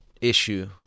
issue